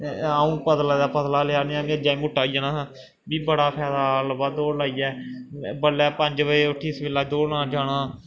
अ'ऊं पतले दा पतला लेहा गै अज्जै गी मुट्टे होई जाना हा मिगी बड़ा फैदा लब्भा दौड़ लाइयै बडलै पंज बज़े उट्ठियै सवेल्ला दौड़ लान जाना